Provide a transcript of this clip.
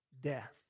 death